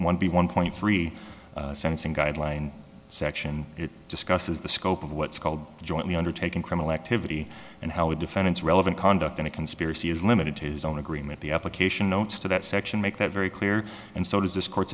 one b one point three sensing guideline section it discusses the scope of what's called jointly undertaken criminal activity and how a defendant's relevant conduct in a conspiracy is limited to his own agreement the application notes to that section make that very clear and so does this court's